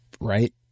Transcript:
Right